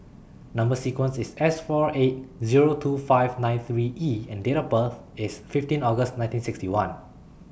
Number sequence IS S four eight Zero two five nine three E and Date of birth IS fifteen August nineteen sixty one